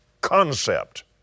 concept